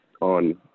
on